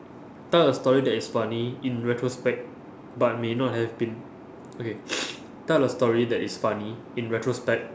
tell a story that is funny in retrospect but may not have been okay tell a story that is funny in retrospect